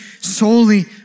solely